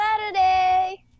Saturday